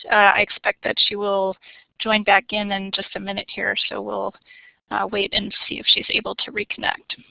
i expect that she will join back in and just a minute here, so we'll wait and see if she's able to reconnect.